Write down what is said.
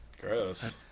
Gross